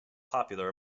popular